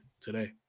today